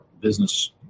business